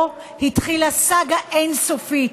פה התחילה סאגה אין-סופית,